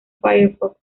firefox